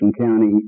County